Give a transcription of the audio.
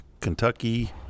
kentucky